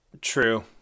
True